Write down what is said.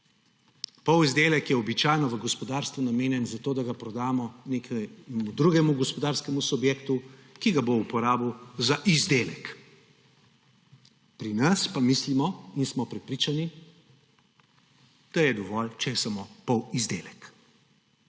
Polizdelek je običajno v gospodarstvu namenjen za to, da ga prodamo nekemu drugemu gospodarskemu subjektu, ki ga bo uporabil za izdelek. Pri nas pa mislimo in smo prepričani, da je dovolj, če je samo polizdelek.